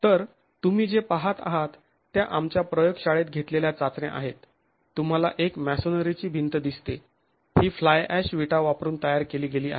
तर तुम्ही जे पहात आहात त्या आमच्या प्रयोगशाळेत घेतलेल्या चाचण्या आहेत तुम्हाला एक मॅसोनरीची भिंत दिसते ही फ्लायऍश विटा वापरून तयार केली गेली आहे